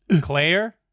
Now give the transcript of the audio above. Claire